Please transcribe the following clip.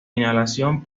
inhalación